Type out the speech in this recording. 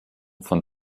von